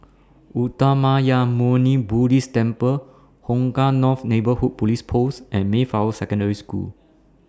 Uttamayanmuni Buddhist Temple Hong Kah North Neighbourhood Police Post and Mayflower Secondary School